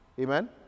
Amen